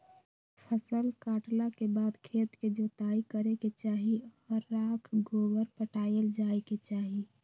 फसल काटला के बाद खेत के जोताइ करे के चाही आऽ राख गोबर पटायल जाय के चाही